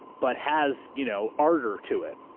but has you know ardor to it,